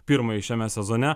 pirmąjį šiame sezone